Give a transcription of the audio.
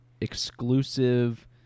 exclusive